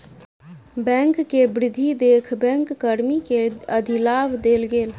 bank के वृद्धि देख बैंक कर्मी के अधिलाभ देल गेल